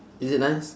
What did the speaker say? is it nice